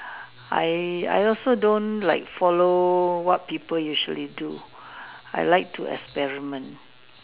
I I also don't like follow what people usually do I like to experiment